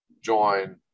join